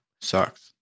Sucks